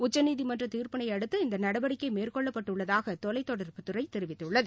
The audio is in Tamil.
உச்சநீதிமன்றதீர்ப்பினைஅடுத்து இந்தநடவடிக்கைமேற்கொள்ளப்பட்டுள்ளதாகதொலைத்தொடர்புத்துறைதெிவித்துள்ளது